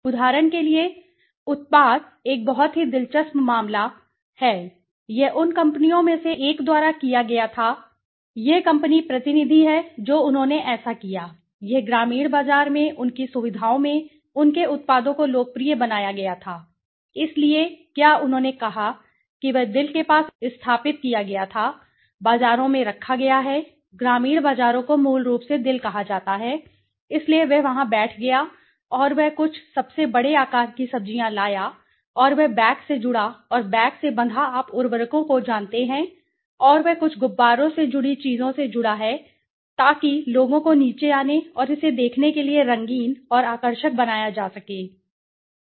उदाहरण के लिए उत्पादों एक बहुत ही दिलचस्प मामला जो मैं आपको दूंगा यह उन कंपनियों में से एक द्वारा किया गया था जो मैं कंपनी का हवाला नहीं दे रहा हूं यह कंपनी प्रतिनिधि है जो उन्होंने ऐसा किया यह ग्रामीण बाजार में उनकी सुविधाओं में उनके उत्पादों को लोकप्रिय बनाया गया था इसलिए क्या उन्होंने कहा कि वह दिल के पास स्थापित किया गया था बाजारों में रखा गया है ग्रामीण बाजारों को मूल रूप से दिल कहा जाता है इसलिए वह वहां बैठ गया और वह कुछ सबसे बड़े आकार की सब्जियां लाया और वह बैग से जुड़ा और बैग से बंधा आप उर्वरकों को जानते हैं और वह कुछ गुब्बारों से जुड़ी चीजों से जुड़ा है ताकि लोगों को नीचे आने और इसे देखने के लिए रंगीन और आकर्षक बनाया जा सके क्या हो रहा है